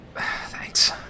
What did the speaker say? Thanks